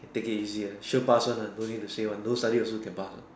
you can take it easy uh sure pass one uh don't need to say one no study also can pass what